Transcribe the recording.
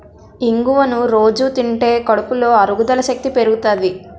ఇంగువను రొజూ తింటే కడుపులో అరుగుదల శక్తి పెరుగుతాది